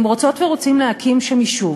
אם רוצות ורוצים להקים שם יישוב,